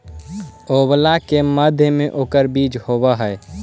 आंवला के मध्य में ओकर बीज होवअ हई